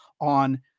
on